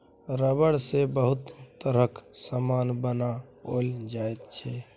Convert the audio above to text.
rubber सँ बहुत तरहक समान बनाओल जाइ छै